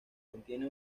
contiene